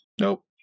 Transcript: Nope